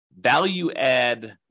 value-add